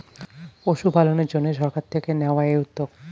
পশুপালনের জন্যে সরকার থেকে নেওয়া এই উদ্যোগ